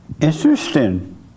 Interesting